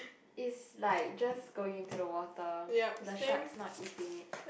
is like just going into the water the sharks not eating it